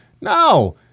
no